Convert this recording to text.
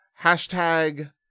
Hashtag